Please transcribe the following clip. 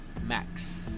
Max